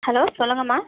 hello சொல்லுங்கமா